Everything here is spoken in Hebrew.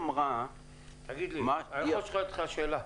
אני רוצה לשאול אותך שאלה.